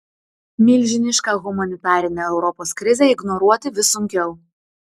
milžinišką humanitarinę europos krizę ignoruoti vis sunkiau